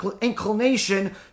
inclination